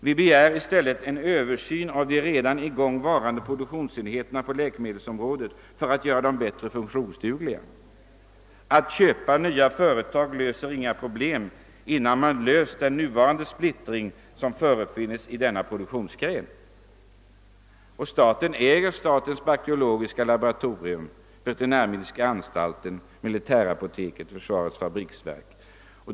Vi begär i stället en översyn av de redan i gång varande produktionsenheterna på läkemedelsområdet för att göra dem mer funktionsdugliga. Genom att köpa nya företag löser man inga problem innan man kommit till rätta med den splittring som nu förefinns i denna produktionsgren. Staten äger statens bakteriologiska laboratorium, statens veterinärmedicinska anstalt, militärapoteket och försvarets fabriksverk.